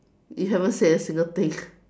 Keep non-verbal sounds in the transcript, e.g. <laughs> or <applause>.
you haven't said a single thing <laughs>